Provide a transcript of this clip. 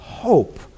Hope